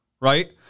right